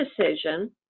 decision